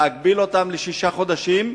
להגביל את החקירות לשישה חודשים,